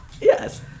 yes